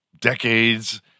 decades